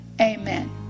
Amen